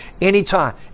anytime